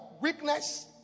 weakness